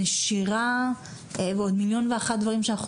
נשירה מהלימודים בבית הספר ועוד מיליון ואחד דברים שאנחנו